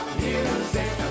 music